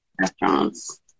restaurants